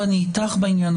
אני איתך בעניין,